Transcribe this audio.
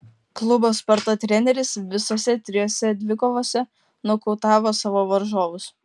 klubo sparta treneris visose trijose dvikovose nokautavo savo varžovus